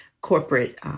corporate